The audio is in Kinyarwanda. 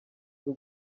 z’u